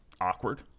awkward